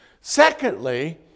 Secondly